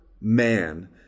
man